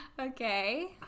Okay